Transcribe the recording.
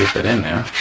it in there.